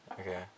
Okay